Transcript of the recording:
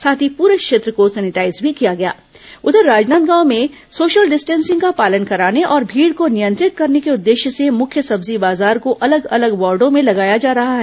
साथ ही पूरे क्षेत्र को सैनिटाईज भी किया गया उधर राजनादगांव में सोशल डिस्टेंसिंग का पालन कराने और भीड़ को नियंत्रित करने के उद्देश्य से मुख्य सब्जी बाजार को अलग अलग वॉर्डों में लगाया जा रहा है